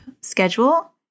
schedule